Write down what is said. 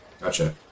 Gotcha